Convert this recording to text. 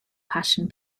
passion